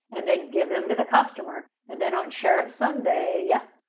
and then give them to the customer. and then on share it sunday, yeah.